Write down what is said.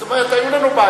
זאת אומרת, היו לנו בעיות.